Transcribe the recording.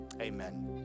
amen